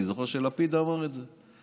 אני זוכר שלפיד אמר את זה,